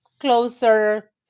closer